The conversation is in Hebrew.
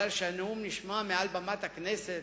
מכיוון שהנאום נשמע מעל במת הכנסת,